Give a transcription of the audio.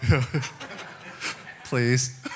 Please